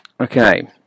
Okay